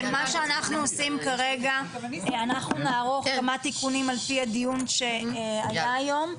אנחנו נערוך כמה תיקונים על פי הדיון שהיה היום.